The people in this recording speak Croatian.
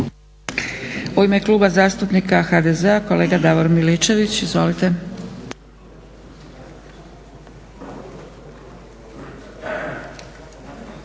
U ime Kluba zastupnika HDZ-a kolega Davor Miličević. Izvolite.